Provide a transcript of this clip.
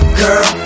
girl